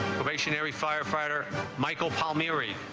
stationary firefighter michael palmyra